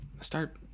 start